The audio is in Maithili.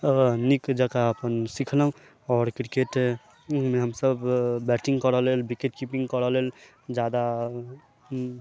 नीक जेकाॅं अपन सीखलहुॅं आओर क्रिकेट हमसब बैटिंग करऽ लेल विकेट कीपिंग करय लेल जादा